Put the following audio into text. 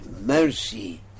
Mercy